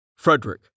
Frederick